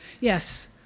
Yes